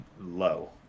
low